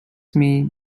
may